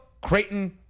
creighton